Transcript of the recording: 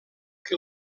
que